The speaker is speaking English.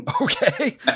Okay